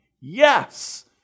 Yes